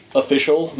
official